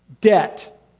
debt